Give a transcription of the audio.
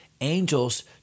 angels